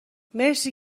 مرسی